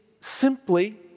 simply